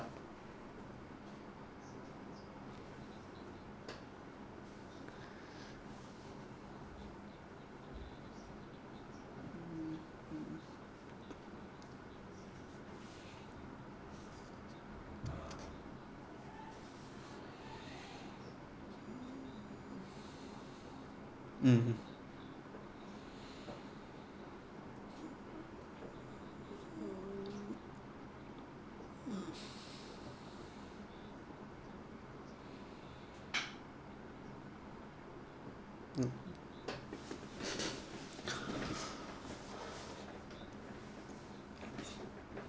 mm mm